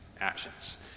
actions